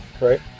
Right